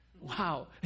Wow